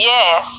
Yes